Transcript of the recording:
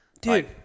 dude